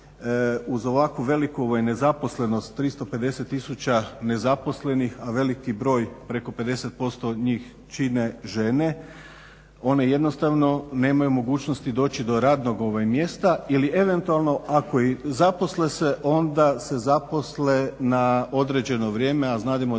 uz ovako veliku nezaposlenost 350000 nezaposlenih, a veliki broj, preko 50% od njih čine žene one jednostavno nemaju mogućnosti doći do radnog mjesta ili eventualno i ako i zaposle se onda se zaposle na određeno vrijeme, a znademo da